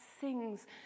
sings